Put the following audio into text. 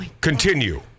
Continue